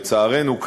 לצערנו,